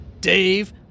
Dave